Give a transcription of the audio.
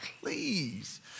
please